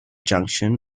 junction